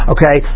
Okay